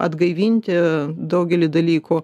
atgaivinti daugelį dalykų